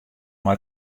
mei